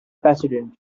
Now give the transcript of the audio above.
president